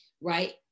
right